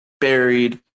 buried